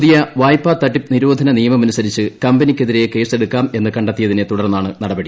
പുതിയ വായ്പാതട്ടിപ്പ് നിരോധന നിയമമനുസരിച്ച് കമ്പനിക്കെതിരെ കേസെടുക്കാമെന്ന് കണ്ടെത്തിയതിനെ തുടർന്നാണ് നടപടി